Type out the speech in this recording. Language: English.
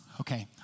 Okay